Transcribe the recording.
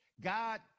God